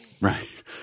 Right